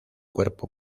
cuerpo